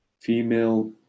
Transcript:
female